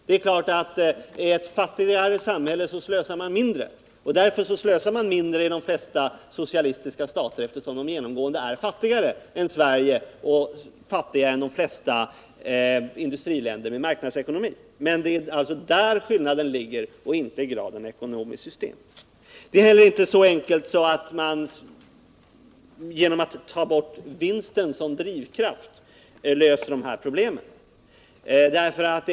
I ett fattigare samhälle slösar man naturligtvis mindre, och därför slösar man mindre i de flesta socialistiska länder; de är ju genomgående fattigare än Sverige och andra industriländer med marknadsekonomi. Det är alltså där skillnaden ligger och inte i det ekonomiska systemet. Det är inte heller så enkelt att man genom att ta bort vinsten som drivkraft löser de här problemen.